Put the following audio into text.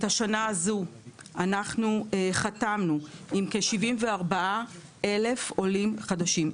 את השנה הזו אנחנו חתמנו עם כ-74,500 עולים חדשים,